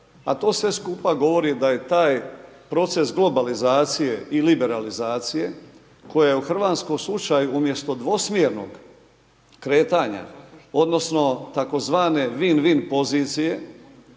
a to sve skupa govori da je taj proces globalizacije i liberalizacije koja je u hrvatskom slučaju umjesto dvosmjernog kretanja odnosno tzv. win win pozicije